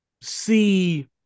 see